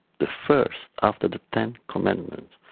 the first after the ten commandments,